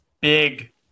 Big